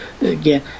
again